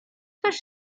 coś